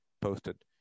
posted